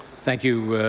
thank you,